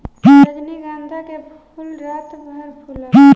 रजनीगंधा के फूल रात में फुलाला